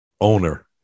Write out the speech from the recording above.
owner